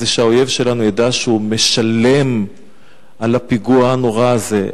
שהאויב שלנו ידע שהוא משלם על הפיגוע הנורא הזה,